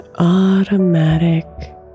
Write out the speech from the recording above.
automatic